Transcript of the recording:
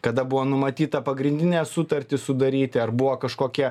kada buvo numatyta pagrindinę sutartį sudaryti ar buvo kažkokia